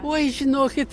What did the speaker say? oi žinokit